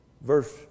verse